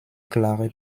klare